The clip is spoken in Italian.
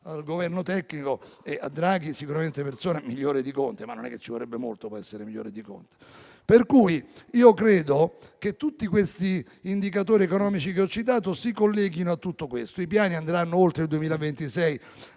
al Governo tecnico e a Draghi (sicuramente persona migliore di Conte, ma non è che ci volesse molto per essere migliore di Conte). Credo pertanto che tutti questi indicatori economici che ho citato si colleghino a tutto ciò. I piani andranno oltre il 2026